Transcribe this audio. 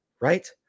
Right